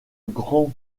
grand